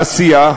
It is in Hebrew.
העשייה,